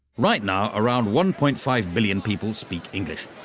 right now, around one point five billion people speak english.